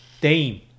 Dame